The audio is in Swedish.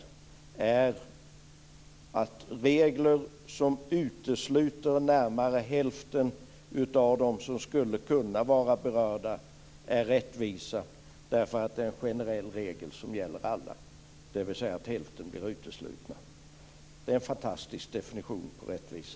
Enligt hans definition är regler som utesluter hälften av dem som skulle kunna vara berörda rättvisa, därför att det är en generell regel som gäller alla, dvs. att hälften blir uteslutna. Det är en fantastisk definition av rättvisa.